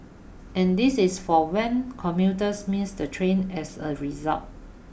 and this is for when commuters miss the train as a result